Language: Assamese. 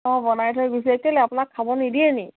অঁ বনাই থৈ গুচি আহে কেলে আপোনাক খাব নিদিয়ে নেকি